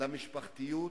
למשפחתיות,